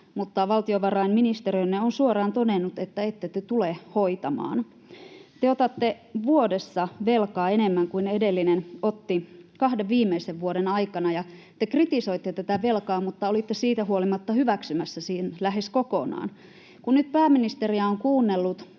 Mutta valtiovarainministeriönne on suoraan todennut, että ette te tule hoitamaan. Te otatte vuodessa velkaa enemmän kuin edellinen otti kahden viimeisen vuoden aikana, ja te kritisoitte tätä velkaa, mutta olitte siitä huolimatta hyväksymässä sen lähes kokonaan. Kun nyt pääministeriä on kuunnellut,